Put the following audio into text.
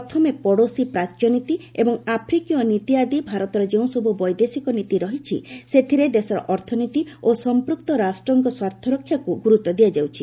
ପ୍ରଥମେ ପଡ଼ୋଶୀ ପ୍ରାଚ୍ୟ ନୀତି ଏବଂ ଆଫ୍ରିକୀୟ ନୀତି ଆଦି ଭାରତର ଯେଉଁସବୁ ବୈଦେଶିକ ନୀତି ରହିଛି ସେଥିରେ ଦେଶର ଅର୍ଥନୀତି ଓ ସଂପୃକ୍ତ ରାଷ୍ଟ୍ରଙ୍କ ସ୍ୱାର୍ଥରକ୍ଷାକୁ ଗୁରୁତ୍ୱ ଦିଆଯାଉଛି